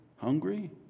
hungry